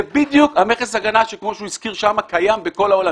זה בדיוק מכס ההגנה שקיים בכל העולם.